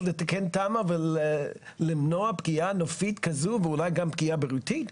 לתקן תמ"א ולמנוע פגיעה נופית כזו ואולי גם פגיעה בריאותית?